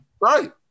Right